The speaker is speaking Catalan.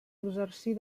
exercir